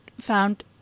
found